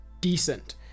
decent